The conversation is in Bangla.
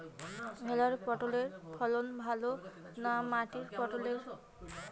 ভেরার পটলের ফলন ভালো না মাটির পটলের?